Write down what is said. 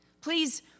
Please